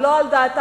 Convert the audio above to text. ולא על דעתם,